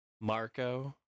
Marco